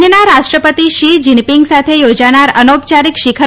ચીનના રાષ્ટ્રપતિ Xi Jinping સાથે યોજાનાર અનૌપયારિક શિખર